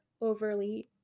overly